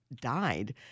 died